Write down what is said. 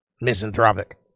misanthropic